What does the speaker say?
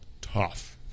tough